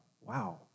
wow